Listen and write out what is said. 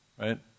Right